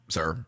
Sir